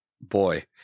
boy